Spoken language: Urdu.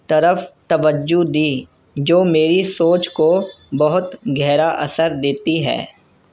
طرف توجہ دی جو میری سوچ کو بہت گہرا اثر دیتی ہے